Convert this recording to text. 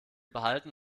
behalten